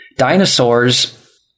Dinosaurs